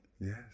Yes